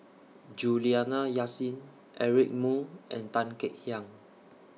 Juliana Yasin Eric Moo and Tan Kek Hiang